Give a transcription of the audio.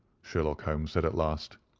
sherlock holmes said at last.